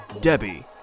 Debbie